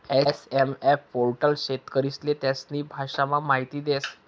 SMF portal शेतकरीस्ले त्यास्नी भाषामा माहिती देस